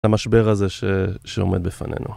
למשבר הזה שעומד בפנינו.